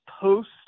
post-